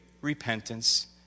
repentance